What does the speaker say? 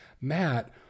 Matt